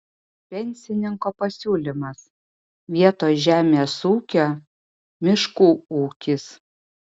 pensininko pasiūlymas vietoj žemės ūkio miškų ūkis